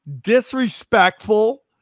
disrespectful